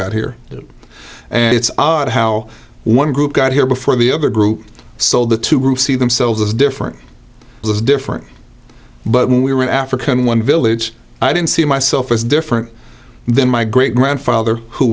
got here and it's odd how one group got here before the other group so the two groups see themselves as different as different but when we were in africa in one village i didn't see myself as different then my great grandfather who